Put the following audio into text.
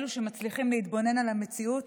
אלו שמצליחים להתבונן על המציאות